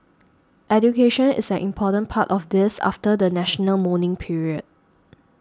education is an important part of this after the national mourning period